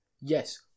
Yes